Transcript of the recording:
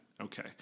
Okay